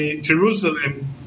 Jerusalem